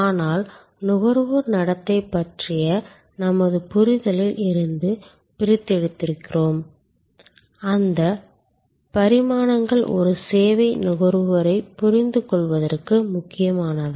ஆனால் நுகர்வோர் நடத்தை பற்றிய நமது புரிதலில் இருந்து பிரித்தெடுக்கிறோம் அந்த பரிமாணங்கள் ஒரு சேவை நுகர்வோரைப் புரிந்துகொள்வதற்கு முக்கியமானவை